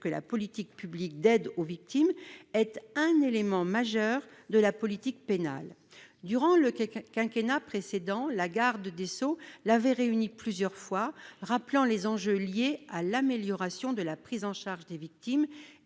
que la politique publique d'aide aux victimes est un élément majeur de la politique pénale. Durant le quinquennat précédent, la garde des sceaux l'avait réuni plusieurs fois, rappelant les enjeux liés à l'amélioration de la prise en charge des victimes